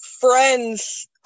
friends